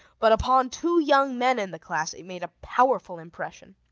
but upon two young men in the class, it made a powerful impression.